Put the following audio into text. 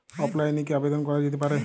অফলাইনে কি আবেদন করা যেতে পারে?